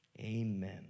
Amen